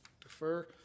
defer